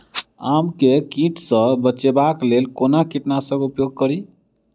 आम केँ कीट सऽ बचेबाक लेल कोना कीट नाशक उपयोग करि?